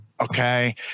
okay